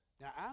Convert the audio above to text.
Now